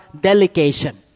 delegation